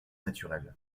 naturelles